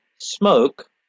Smoke